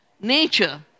nature